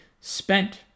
spent